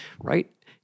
right